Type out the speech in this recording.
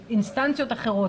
אינסטנציות אחרות.